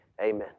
Amen